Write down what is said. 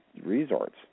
resorts